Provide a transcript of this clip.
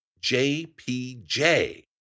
JPJ